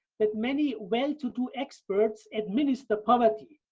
that many well-to-do experts administer poverty,